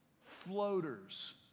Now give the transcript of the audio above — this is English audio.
floaters